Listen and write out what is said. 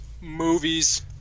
Movies